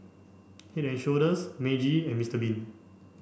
Head and Shoulders Meiji and Mistr bean